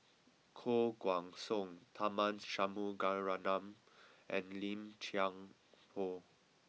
Koh Guan Song Tharman Shanmugaratnam and Lim Chuan Poh